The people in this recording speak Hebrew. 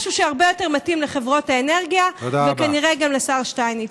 משהו שהרבה יותר מתאים לחברות האנרגיה וכנראה גם לשר שטייניץ.